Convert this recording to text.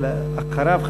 ולאחריו,